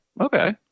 Okay